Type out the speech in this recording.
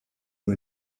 nur